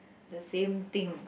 the same thing